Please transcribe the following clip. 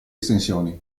estensioni